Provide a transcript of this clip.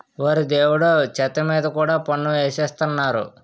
ఓరి దేవుడో చెత్త మీద కూడా పన్ను ఎసేత్తన్నారు